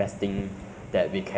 eh you what is the thing that